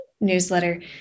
newsletter